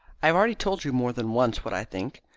i have already told you more than once what i think.